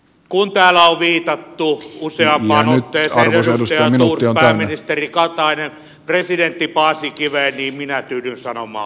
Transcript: kun täällä on viitattu useampaan otteeseen edustaja thors pääministeri katainen presidentti paasikiveen niin minä tyydyn sanomaan